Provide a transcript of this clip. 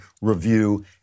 review